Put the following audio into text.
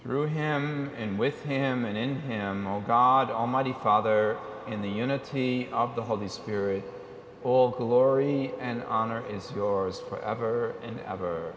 through him and with him and in him god almighty father in the unity of the holy spirit all glory and honor is yours forever and ever